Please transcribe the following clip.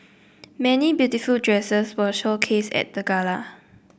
many beautiful dresses were showcased at the gala